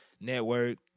network